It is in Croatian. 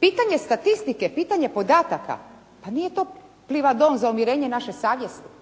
pitanje statistike pitanje podataka, pa nije to plivadon za umirenje naše savjesti.